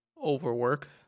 overwork